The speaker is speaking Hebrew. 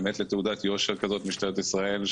לתעודת יושר כזאת ממשטרת ישראל,